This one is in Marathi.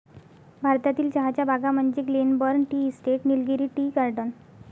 भारतातील चहाच्या बागा म्हणजे Glenburn tea estate, Nilgiri tea garden